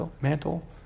mantle